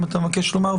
אם אתה מבקש לומר,